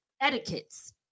etiquettes